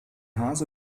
hase